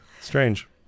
Strange